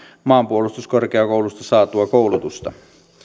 maanpuolustuskorkeakoulusta saatua koulutusta